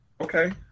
Okay